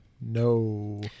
No